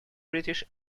british